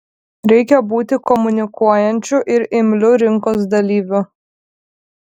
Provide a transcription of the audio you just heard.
reikia būti komunikuojančiu ir imliu rinkos dalyviu